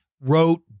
wrote